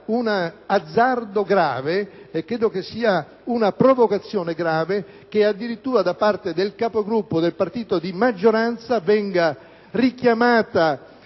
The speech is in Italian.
un azzardo grave e una provocazione grave che addirittura da parte del Capogruppo del partito di maggioranza venga richiamata